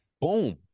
Boom